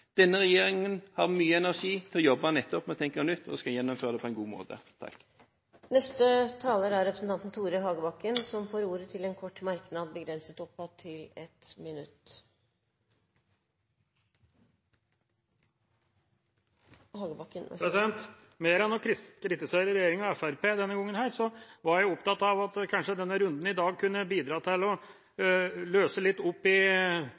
Denne regjeringen har mye energi til å jobbe nettopp med å tenke nytt, og skal gjennomføre det på en god måte. Representanten Tore Hagebakken har hatt ordet to ganger tidligere og får ordet til en kort merknad, begrenset til 1 minutt. Denne gangen var jeg – mer enn å kritisere regjeringa og Fremskrittspartiet – opptatt av at denne runden i dag kanskje kunne bidra til å løse litt opp i